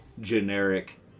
generic